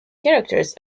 characters